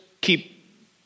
keep